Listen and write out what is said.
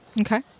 Okay